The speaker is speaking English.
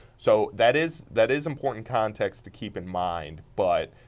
so, that is that is important context to keep in mind, but,